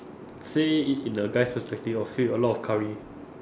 say it in the guy's perspective I'll fill with a lot of curry